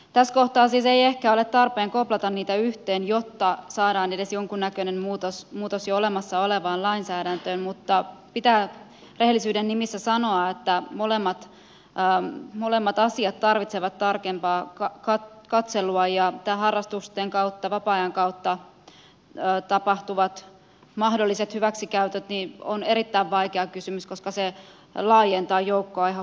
tässä kohtaa siis ei ehkä ole tarpeen koplata niitä yhteen jotta saadaan edes jonkunnäköinen muutos jo olemassa olevaan lainsäädäntöön mutta pitää rehellisyyden nimissä sanoa että molemmat asiat tarvitsevat tarkempaa katselua ja nämä harrastusten kautta vapaa ajan kautta tapahtuvat mahdolliset hyväksikäytöt ovat erittäin vaikea kysymys koska se laajentaa joukkoa ihan huomattavasti